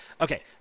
okay